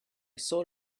sort